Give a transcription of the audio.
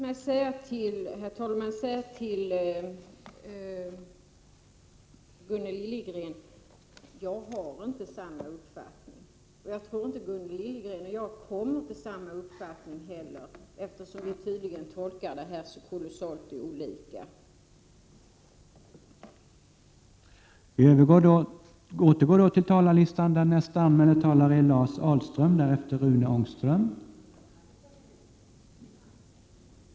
Herr talman! Låt mig säga till Gunnel Liljegren att jag inte har samma uppfattning som hon, och jag tror inte att hon och jag kommer till samma uppfattning heller, eftersom vi tydligen tolkar detta på så kolossalt olika sätt.